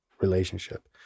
relationship